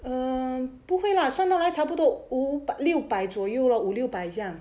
um 不会 lah 算到来差不多五百六百左右 lor 五六百这样